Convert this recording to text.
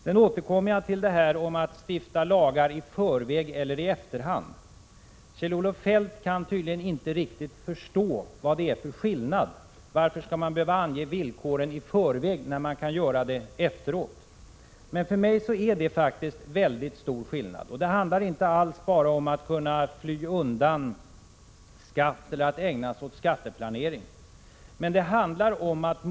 Sedan återkommer jag till frågan om att stifta lagar i förväg eller i Prot. 1986/87:48 efterhand. Kjell-Olof Feldt kan tydligen inte riktigt förstå skillnaden mellan 12 december 1986 att ange villkoren i förväg och att ange dem i efterhand. För mig ter sig skillnaden mycket stor. Det handlar inte alls om att bara fly undan skatter eller ägna sig åt skatteplanering.